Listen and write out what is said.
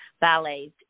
ballets